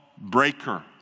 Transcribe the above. breaker